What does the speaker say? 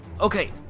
Okay